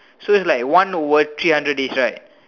so it's like one word three hundred days right